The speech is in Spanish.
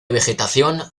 vegetación